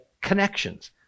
connections